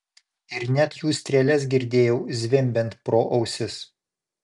ir net jų strėles girdėjau zvimbiant pro ausis